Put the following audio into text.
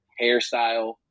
hairstyle